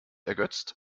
ergötzt